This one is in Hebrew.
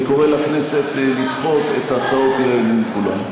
וקורא לכנסת לדחות את הצעות האי-אמון כולן.